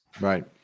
Right